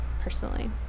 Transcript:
personally